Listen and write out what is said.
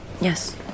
Yes